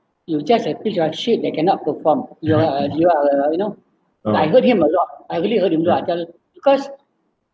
you just like piece of shit that cannot perform you are you are you know like hurt him a lot I really hurt him a lot I tell because